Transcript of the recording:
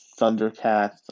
Thundercats